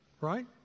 right